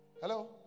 Hello